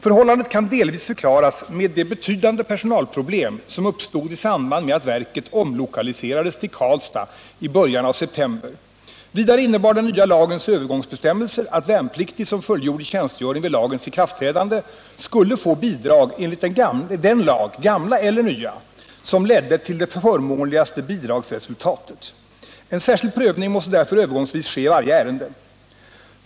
Förhållandet kan delvis förklaras med de betydande personalproblem som uppstod i samband med att verket omlokaliserades till Karlstad i början av september. Vidare innebar den nya lagens övergångsbestämmelser att värnpliktig som fullgjorde tjänstgöring vid lagens ikraftträdande skulle få bidrag enligt den lag, gamla eller nya, som ledde till det förmånligaste bidragsresultatet. En särskild prövning måste därför övergångsvis ske i varje ärende.